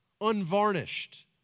Unvarnished